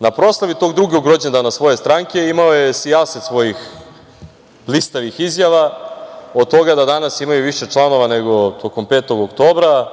Na proslavi tog drugog rođendana svoje stranke imao je sijaset svojih blistavih izjava, od toga da danas imaju više članova nego tokom 5. oktobra,